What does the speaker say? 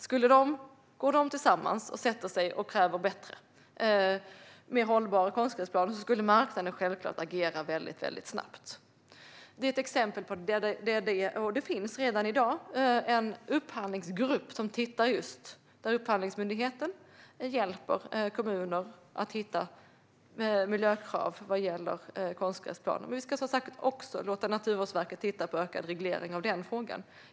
Skulle de gå samman och kräva bättre och mer hållbara konstgräsplaner skulle marknaden självklart agera väldigt snabbt. Det finns redan i dag en upphandlingsgrupp där Upphandlingsmyndigheten hjälper kommuner att ta fram miljökrav vad gäller konstgräsplaner, men vi ska som sagt också låta Naturvårdsverket titta på ökad reglering av den här frågan.